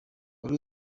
wari